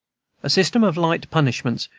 a system of light punishments,